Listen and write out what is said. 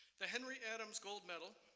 the henry adams gold medal,